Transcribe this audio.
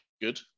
good